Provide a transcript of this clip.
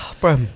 Bro